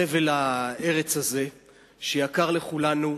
בחבל הארץ הזה שיקר לכולנו,